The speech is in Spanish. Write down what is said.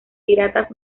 piratas